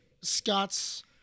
Scott's